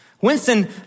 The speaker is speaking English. Winston